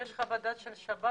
יש חוות דעת של השב"כ?